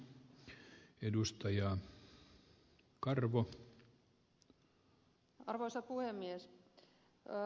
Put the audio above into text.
arvoisa puhemies